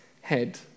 head